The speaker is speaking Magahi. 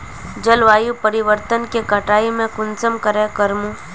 जलवायु परिवर्तन के कटाई में कुंसम करे करूम?